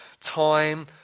time